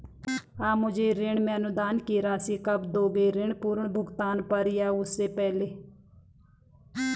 आप मुझे ऋण में अनुदान की राशि कब दोगे ऋण पूर्ण भुगतान पर या उससे पहले?